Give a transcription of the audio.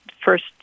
first